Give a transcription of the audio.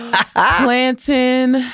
Planting